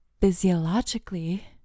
physiologically